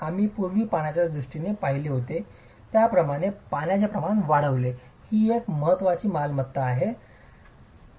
आम्ही पूर्वी पाण्याच्या दृष्टीने पाहिले होते त्याप्रमाणे पाण्याचे प्रमाण वाढवणे ही एक महत्त्वाची मालमत्ता आहे